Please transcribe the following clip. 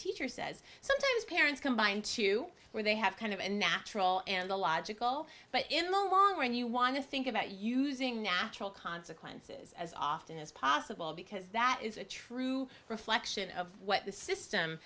teacher says sometimes parents combined to where they have kind of and natural and the logical but in the long run you want to think about using natural consequences as often as possible because that is a true reflection of what the system